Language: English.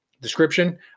description